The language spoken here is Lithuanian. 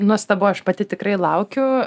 nuostabu aš pati tikrai laukiu